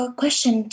question